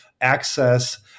access